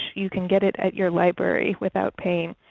you can get it at your library without paying.